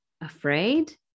afraid